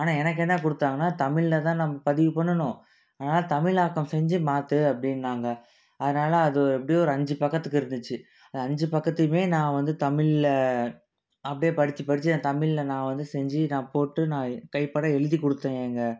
ஆனால் எனக்கு என்ன கொடுத்தாங்கன்னா தமிழ்ல தான் நம்ம பதிவு பண்ணணும் ஆனால் தமிழாக்கம் செஞ்சு மாற்று அப்படின்னாங்க அதனால் அது எப்படியும் ஒரு அஞ்சு பக்கத்துக்கு இருந்திச்சு அந்த அஞ்சு பக்கத்தியுமே நான் வந்து தமிழ்ல அப்படியே படிச்சு படிச்சு தமிழ்ல நான் வந்து செஞ்சு நான் போட்டு நான் கைப்பட எழுதி கொடுத்தேங்க